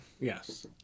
yes